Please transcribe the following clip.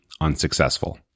unsuccessful